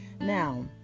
Now